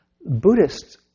Buddhists